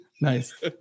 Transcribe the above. Nice